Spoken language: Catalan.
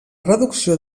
reducció